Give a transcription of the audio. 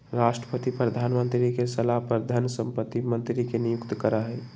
राष्ट्रपति प्रधानमंत्री के सलाह पर धन संपत्ति मंत्री के नियुक्त करा हई